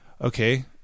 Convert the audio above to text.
Okay